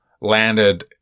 landed